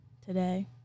today